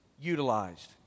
utilized